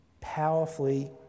Powerfully